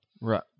Right